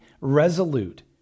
resolute